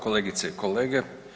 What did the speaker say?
Kolegice i kolege.